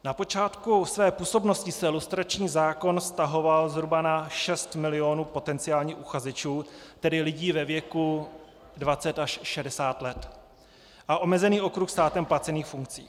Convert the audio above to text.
Na počátku své působnosti se lustrační zákon vztahoval zhruba na 6 milionů potenciálních uchazečů, tedy lidí ve věku 20 až 60 let, a omezený okruh státem placených funkcí.